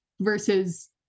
versus